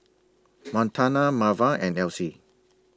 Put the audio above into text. Montana Marva and Elsie